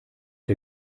der